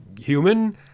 human